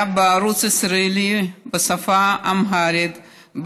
בערוץ ישראלי זה היה בשפה האמהרית,